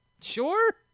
sure